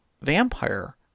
Vampire